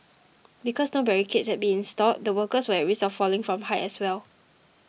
because no barricades had been installed the workers were at risk of falling from height as well